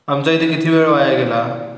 आमचा इथे किती वेळ वाया गेला